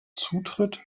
zutritt